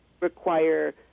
require